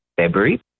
February